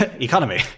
economy